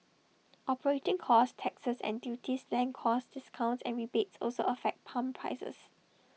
operating costs taxes and duties land costs discounts and rebates also affect pump prices